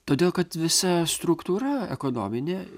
todėl kad visa struktūra ekonominė